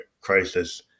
crisis